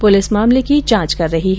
police मामले की जांच कर रही है